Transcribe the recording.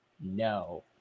no